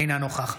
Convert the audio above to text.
אינה נוכחת